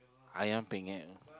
ayam-penyet